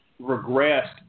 regressed